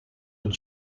een